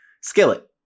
Skillet